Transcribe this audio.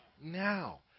Now